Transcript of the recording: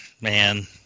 Man